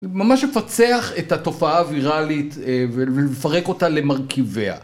ממש לפצח את התופעה הווירלית ולפרק אותה למרכיביה.